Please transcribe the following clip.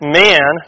man